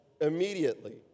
immediately